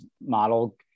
model